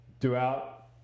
throughout